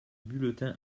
bulletin